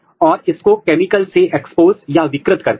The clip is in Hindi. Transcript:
तो यह एंटी डीआईजी एंटीबॉडी हम उपयोग कर रहे हैं